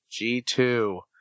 g2